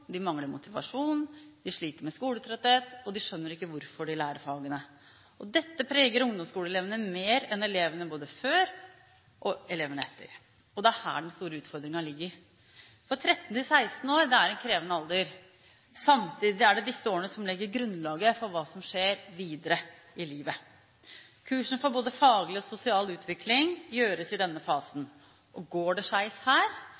de mangler motivasjon, de sliter med skoletrøtthet, og de skjønner ikke hvorfor de lærer fagene. Dette preger ungdomsskoleelevene mer enn elevene før og elevene etter. Det er her den store utfordringen ligger. Alderen fra 13 til 16 år er krevende, samtidig er det disse årene som legger grunnlaget for hva som skjer videre i livet. Kursen for både faglig og sosial utvikling legges i denne fasen.